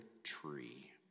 Tree